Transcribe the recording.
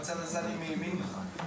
בצד הזה אני דווקא מימין לך.